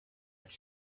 its